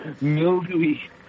mildewy